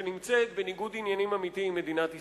שנמצאת בניגוד עניינים אמיתי עם מדינת ישראל.